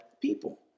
people